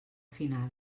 final